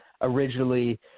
originally